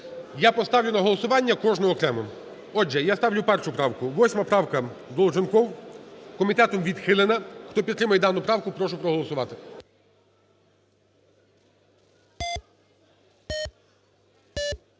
Я поставлю на голосування кожну окремо. Отже, я ставлю першу правку, 8 правка, Долженков. Комітетом відхилена. Хто підтримує дану правку, прошу проголосувати.